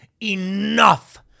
enough